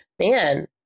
man